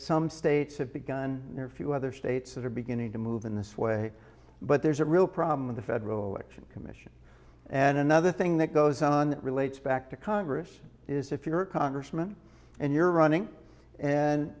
some states have begun there are few other states that are beginning to move in this way but there's a real problem with the federal election commission and another thing that goes on relates back to congress is if you're a congressman and you're running and